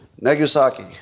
Nagasaki